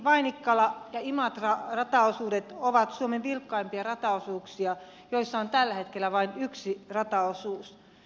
luumäkivainikkala ja luumäkiimatra rataosuudet ovat suomen vilkkaimpia rataosuuksia joissa on tällä hetkellä vain yksi raide